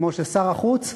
כמו ששר החוץ,